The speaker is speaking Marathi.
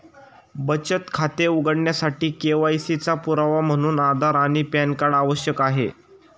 बचत खाते उघडण्यासाठी के.वाय.सी चा पुरावा म्हणून आधार आणि पॅन कार्ड आवश्यक आहे